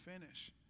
finish